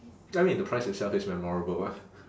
I mean the price itself is memorable ah